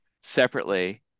separately